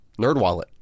NerdWallet